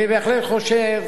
אני בהחלט חושב